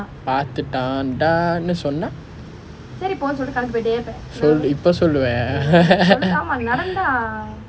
பார்த்துட்டான்:paarthuttaan dah னு சொன்னா சொல் இப்போ சொல்லுவ:nu sonnaa sol ippo soluva